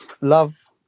love